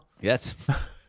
Yes